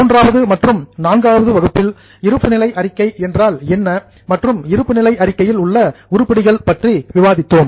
3வது மற்றும் 4வது வகுப்பில் இருப்பு நிலை அறிக்கை என்றால் என்ன மற்றும் இருப்பு நிலை அறிக்கையில் உள்ள உருப்படிகளை பற்றி விவாதித்தோம்